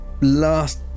last